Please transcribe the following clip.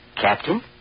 Captain